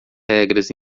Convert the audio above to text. regras